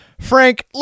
Frank